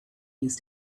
use